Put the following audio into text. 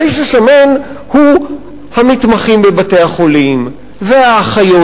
האיש השמן הוא המתמחים בבתי-החולים והאחיות